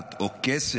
אחת או כסת